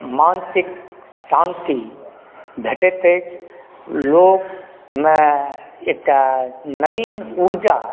मानसिक शान्ति भेटैत अछि लोकमे एकटा नवीन ऊर्जा